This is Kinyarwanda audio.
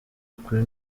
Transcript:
kuri